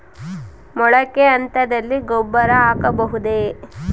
ಮೊಳಕೆ ಹಂತದಲ್ಲಿ ಗೊಬ್ಬರ ಹಾಕಬಹುದೇ?